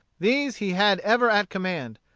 these he had ever at command.